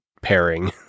pairing